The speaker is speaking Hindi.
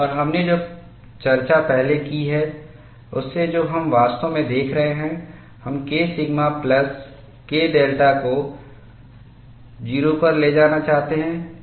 और हमने जो चर्चा पहले की है उससे जो हम वास्तव में देख रहे हैं हम K sigma plus K delta को 0 पर ले जाना चाहते हैं